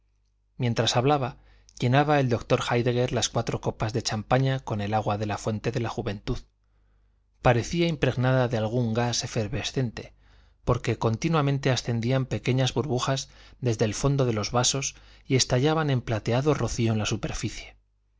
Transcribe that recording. mientras hablaba llenaba el doctor héidegger las cuatro copas de champaña con el agua de la fuente de la juventud parecía impregnada de algún gas efervescente porque continuamente ascendían pequeñas burbujas desde el fondo de los vasos y estallaban en plateado rocío en la superficie